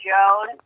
Joan